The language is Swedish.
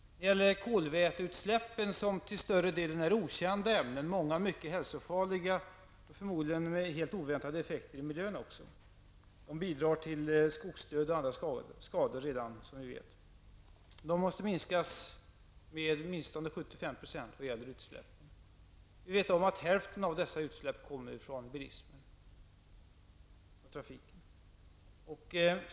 Kolväteutsläppen består till större delen av okända ämnen, varav många är mycket hälsofarliga och förmodligen även ger helt oväntade effekter på miljön. Vi vet dock redan att de bidrar till skogsdöd och andra skador. Kolväteutsläppen måste minskas med åtminstone 75 %. Hälften av dessa utsläpp kommer från biltrafiken.